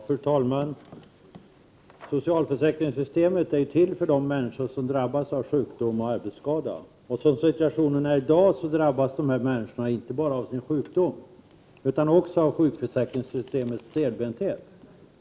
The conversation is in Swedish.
Fru talman! Socialförsäkringssystemet är till för de människor som drabbas av sjukdom och arbetsskada. Som situationen ser ut i dag drabbas dessa människor inte bara av sin sjukdom utan också av sjukförsäkringssystemets stelbenthet.